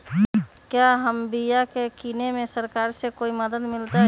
क्या हम बिया की किने में सरकार से कोनो मदद मिलतई?